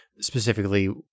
specifically